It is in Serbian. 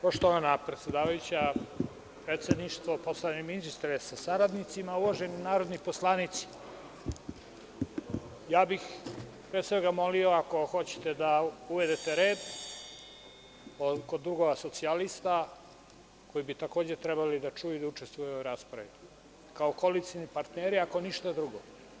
Poštovana predsedavajuća, predsedništvo, poštovani ministre sa saradnicima, uvaženi narodni poslanici, pre svega bih molio, ako hoćete da uvedete red kod drugova socijalista, koji bi takođe trebali da čuju i učestvuju u raspravi, kao koalicioni partneri, ako ništa drugo.